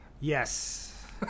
Yes